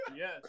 Yes